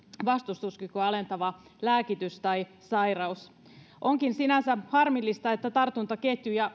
vastustuskykyä alentava lääkitys tai sairaus onkin sinänsä harmillista että tartuntaketjuja